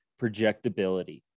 projectability